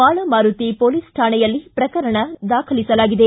Malamaruthi police ಠಾಣೆಯಲ್ಲಿ ಪ್ರಕರಣ ದಾಖಲಿಸಲಾಗಿದೆ